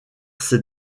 c’est